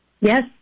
Yes